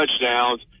touchdowns